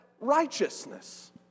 Righteousness